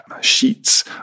sheets